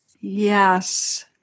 Yes